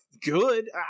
good